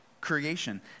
creation